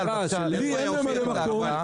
לי אין ממלא מקום,